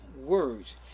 words